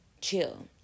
Chill